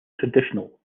traditional